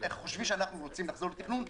חושבים שאנחנו רוצים לחזור לתכנון.